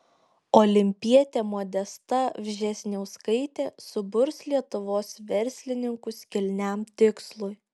olimpietė modesta vžesniauskaitė suburs lietuvos verslininkus kilniam tikslui